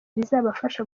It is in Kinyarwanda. bizabafasha